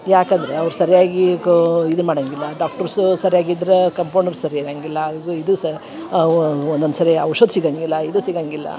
ಯಾಕಂದರೆ ಅವ್ರು ಸರಿಯಾಗಿ ಕ ಇದು ಮಾಡಂಗಿಲ್ಲ ಡಾಕ್ಟುರ್ಸೂ ಸರ್ಯಾಗಿ ಇದ್ದರೆ ಕಂಪೌಂಡರ್ ಸರಿ ಇರಂಗಿಲ್ಲ ಅದುರದ್ದು ಇದು ಸ ಅವ ಒನ್ನೊಂದು ಸರಿ ಔಷಧ ಸಿಗಂಗಿಲ್ಲ ಇದು ಸಿಗಂಗಿಲ್ಲ